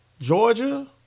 Georgia